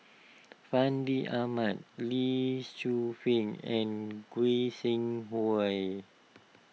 Fandi Ahmad Lee Shu Fen and Goi Seng Hui